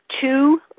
two